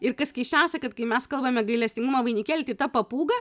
ir kas keisčiausia kad kai mes kalbame gailestingumo vainikėlį tai ta papūga